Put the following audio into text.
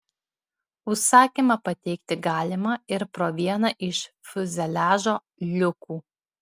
užsakymą pateikti galima ir pro vieną iš fiuzeliažo liukų